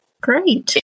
Great